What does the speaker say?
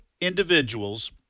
individuals